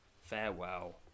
farewell